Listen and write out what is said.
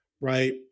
right